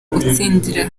gutsinda